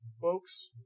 Folks